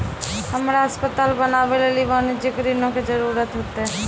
हमरा अस्पताल बनाबै लेली वाणिज्यिक ऋणो के जरूरत होतै